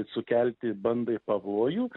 sukelti bandai pavojų